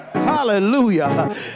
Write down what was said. hallelujah